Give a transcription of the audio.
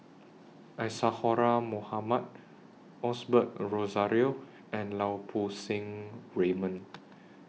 Isadhora Mohamed Osbert Rozario and Lau Poo Seng Raymond